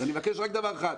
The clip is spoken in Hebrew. אני מבקש רק דבר אחד,